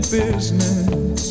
business